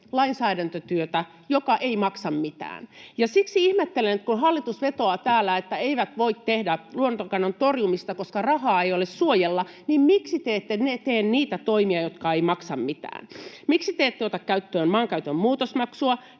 lainsäädäntötyötä, joka ei maksa mitään. Siksi ihmettelen — nyt hallitus vetoaa täällä, että he eivät voi tehdä luontokadon torjumista, koska ei ole rahaa suojella — miksi te ette tee niitä toimia, jotka eivät maksa mitään. Miksi te ette ota käyttöön maankäytön muutosmaksua?